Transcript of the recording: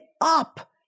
up